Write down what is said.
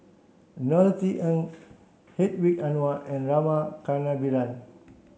Norothy Ng Hedwig Anuar and Rama Kannabiran